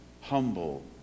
humble